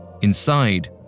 Inside